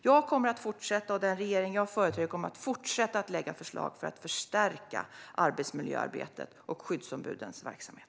Jag och den regering jag företräder kommer att fortsätta att lägga fram förslag för att förstärka arbetsmiljöarbetet och skyddsombudens verksamhet.